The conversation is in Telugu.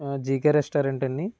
ఆ జీకే రెస్టారెంట్ అండీ